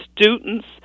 students